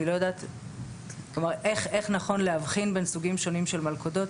אני לא יודעת איך נכון להבחין בין סוגים שונים של מלכודות.